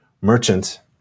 merchant